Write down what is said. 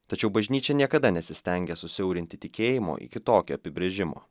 tačiau bažnyčia niekada nesistengė susiaurinti tikėjimo iki tokio apibrėžimo